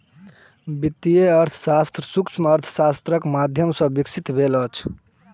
वित्तीय अर्थशास्त्र सूक्ष्म अर्थशास्त्रक माध्यम सॅ विकसित भेल अछि